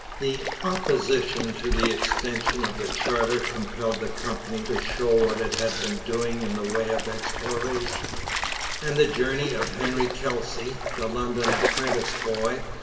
the opposition to the extension of the charter compelled the company to show what it had been doing in the way of exploration and the journey of henry kelsey, the london apprentice boy,